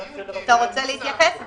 גיא, אתה רוצה להתייחס?